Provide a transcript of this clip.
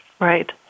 Right